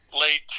late